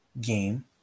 game